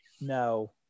No